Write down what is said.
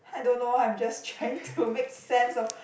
I don't know I'm just trying to make sense of